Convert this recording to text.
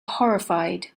horrified